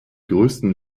größten